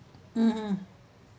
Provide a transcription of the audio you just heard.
mmhmm